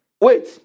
Wait